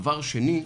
דבר שני,